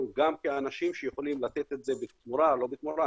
גם כאנשים שיכולים לתת את זה בתמורה או לא בתמורה,